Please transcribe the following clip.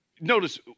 Notice